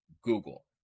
Google